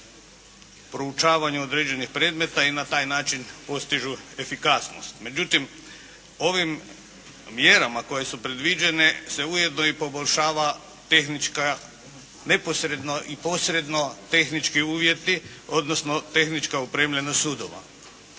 proučavanju određenih predmeta i na taj način postižu efikasnost. Međutim, ovim mjerama koje su predviđene se ujedno i poboljšava tehnička neposredno i posredno tehnički uvjeti odnosno tehnička opremljenost sudova.